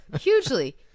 Hugely